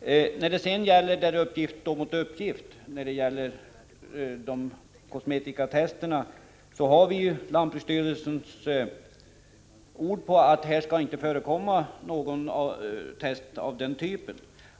Beträffande det faktum att uppgift står mot uppgift i fråga om kosmetikatesterna har vi lantbruksstyrelsens ord på att några tester av den typen inte skall förekomma.